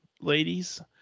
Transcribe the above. ladies